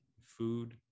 food